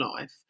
life